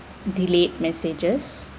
delayed messages